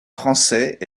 français